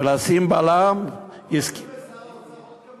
ולשים בלם, לשר האוצר עוד כמה